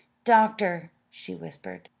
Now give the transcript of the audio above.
doctor, she whispered,